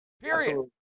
Period